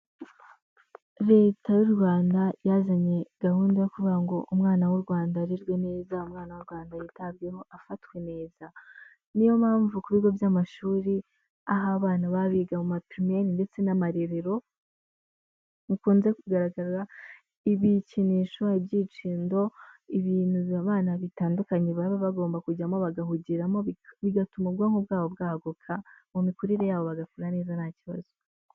Leta y'u Rwanda yazanye gahunda yo kuvuga ngo umwana w'u Rwanda arerwe neza, umwana w'u Rwanda yitabweho afatwe neza. Ni yo mpamvu ku bigo by'amashuri aho abana baba biga mu mapirimeri ndetse n'amarerero bikunze kugaragaza ibikinisho, ibyicundo. Ibintu abana bitandukanye baba bagomba kujyamo bagahugiramo bigatuma ubwonko bwabo bwaguka mu mikurire yabo bagakura neza ntakibazo.